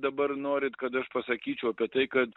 dabar norit kad aš pasakyčiau apie tai kad